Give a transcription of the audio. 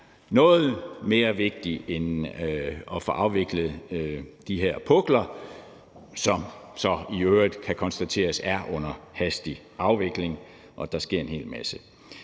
noget mere vigtigt end at få afviklet de her pukler, som det så i øvrigt kan konstateres er under hastig afvikling, og der sker en hel masse.